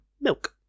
milk